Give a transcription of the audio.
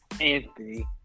Anthony